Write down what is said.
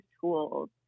tools